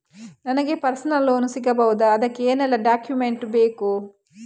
ನನಗೆ personal loan ಸಿಗಬಹುದ ಅದಕ್ಕೆ ಏನೆಲ್ಲ ಡಾಕ್ಯುಮೆಂಟ್ ಬೇಕು?